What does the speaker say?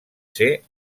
ser